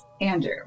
Andrew